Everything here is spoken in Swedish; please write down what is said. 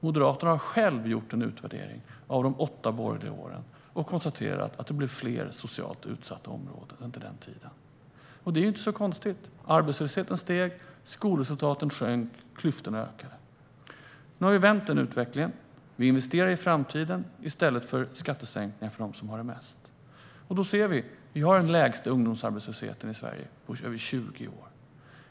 Moderaterna har själva gjort en utvärdering av de åtta borgerliga åren och konstaterat att det blev fler socialt utsatta områden under den tiden. Det är inte så konstigt. Arbetslösheten steg, skolresultaten sjönk och klyftorna ökade. Nu har vi vänt den utvecklingen. Vi investerar i framtiden i stället för att göra skattesänkningar för dem som har mest, och vi ser nu den lägsta ungdomsarbetslösheten i Sverige på över 20 år.